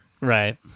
Right